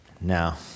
now